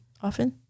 often